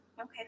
Okay